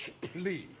Please